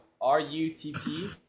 R-U-T-T